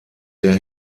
der